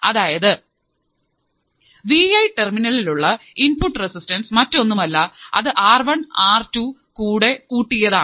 അതായത് V I one ടെർമിനലിൽ ഉള്ള ഇൻപുട്ട് റെസിസ്റ്റൻസ് മറ്റൊന്നുമല്ല അത് ആർ വൺ ആർ ടു കൂടെ കൂട്ടിയതാണ്